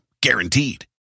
Guaranteed